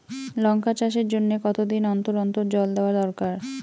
লঙ্কা চাষের জন্যে কতদিন অন্তর অন্তর জল দেওয়া দরকার?